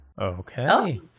Okay